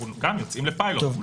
יוצאים לפילוט.